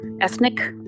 ethnic